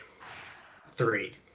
three